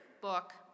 book